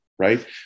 right